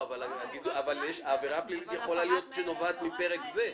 אבל העבירה הפלילית יכולה להיות נובעת מפרק זה.